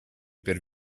per